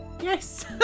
yes